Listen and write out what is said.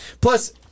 Plus